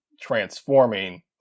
transforming